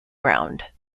ground